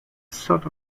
sort